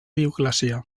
dioclecià